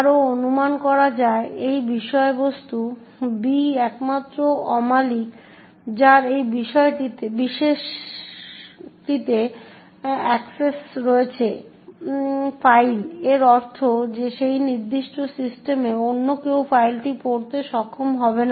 আরও অনুমান করা যায় যে এই বিষয়বস্তু B একমাত্র অ মালিক যার এই বিশেষটিতে অ্যাক্সেস রয়েছে ফাইল এর অর্থ এই যে সেই নির্দিষ্ট সিস্টেমে অন্য কেউ ফাইলটি পড়তে সক্ষম হবে না